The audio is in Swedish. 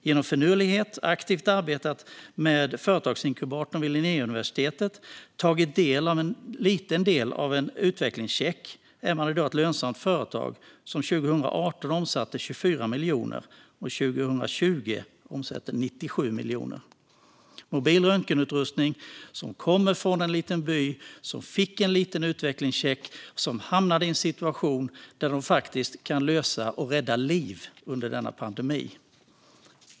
Genom finurlighet och aktivt arbete med företagsinkubatorn vid Linnéuniversitetet och med hjälp av en liten utvecklingscheck är man i dag ett lönsamt företag. År 2018 omsatte man 24 miljoner och 2020 97 miljoner. Mobil röntgenutrustning från en liten by kan tack vare en utvecklingscheck nu rädda liv under pandemin.